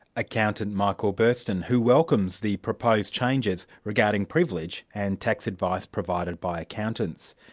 accountant michael bursten who welcomes the proposed changes regarding privilege and tax advice provided by accountants.